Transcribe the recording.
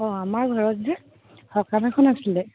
অঁ আমাৰ ঘৰত যে সকাম এখন আছিলে